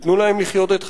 שייתנו להם לחיות את חייהם,